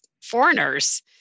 foreigners